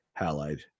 Halide